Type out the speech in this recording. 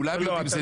כולם יודעים,